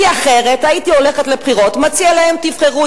כי אחרת היו הולכים לבחירות ומציעים להם: תבחרו.